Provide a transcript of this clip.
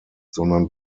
sondern